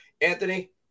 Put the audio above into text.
anthony